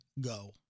go